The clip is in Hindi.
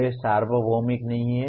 वे सार्वभौमिक नहीं हैं